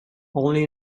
only